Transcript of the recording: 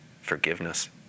Forgiveness